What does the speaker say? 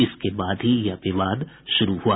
इसके बाद ही यह विवाद शुरू हुआ